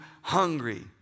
hungry